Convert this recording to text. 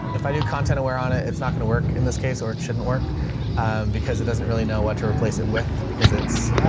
if i do content aware on it, it's not going to work in this case or it shouldn't work because it doesn't really know what to replace it with because it's a,